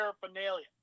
paraphernalia